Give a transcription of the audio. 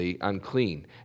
unclean